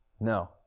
No